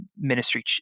ministry